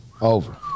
Over